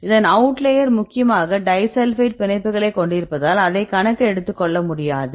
இதன் out layer முக்கியமாக disulphide பிணைப்புகளைக் கொண்டிருப்பதால் அதை கணக்கு எடுத்துக்கொள்ள முடியாது